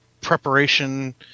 preparation